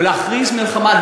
ולהכריז מלחמה,